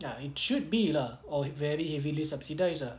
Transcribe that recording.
ya it should be lah or very heavily subsidise ah